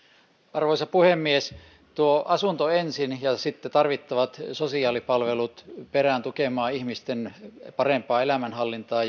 arvoisa puhemies asunto ensin ja sitten tarvittavat sosiaalipalvelut perään tukemaan ihmisten parempaa elämänhallintaa